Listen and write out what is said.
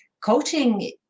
coaching